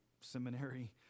seminary